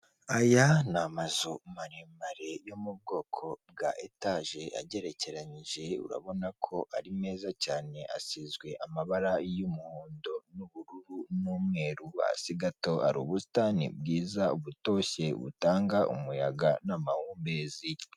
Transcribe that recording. Aya ni amazu maremare yo mu bwoko bwa etaje agerekeranyije, urabona ko ari meza cyane asizwe amabara y'umuhondo n'ubururu n'umweru, hasi gato hari ubusitani bwiza butoshye butanga umuyaga n'amahumbezi.